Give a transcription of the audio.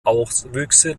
auswüchse